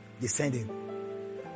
descending